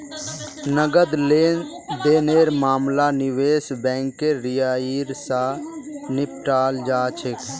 नकद लेन देनेर मामला निवेश बैंकेर जरियई, स निपटाल जा छेक